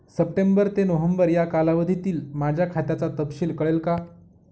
September ते November या कालावधीतील माझ्या खात्याचा तपशील कळेल का?